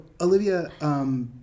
Olivia